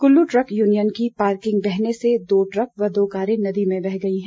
Kullu truck union की parking बहने से दो ट्रक व दो कारें नदी में बह गई हैं